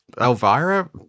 Elvira